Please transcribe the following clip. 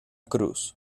cruz